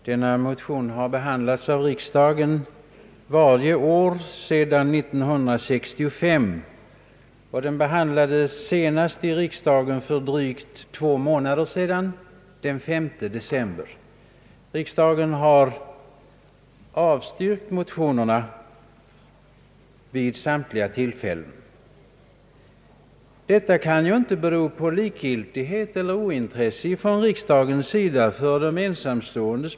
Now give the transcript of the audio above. Herr talman! Sådana likalydande motioner som ligger till grund för utskottets förevarande utlåtande har behandlats av riksdagen varje år sedan 1965 — senast för drygt två månader sedan, den 5 december. Motionerna har fallit vid samtliga tillfällen. Detta kan inte bero på likgiltighet eller ointresse för de ensamståendes problem från riksdagens sida.